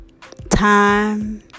Time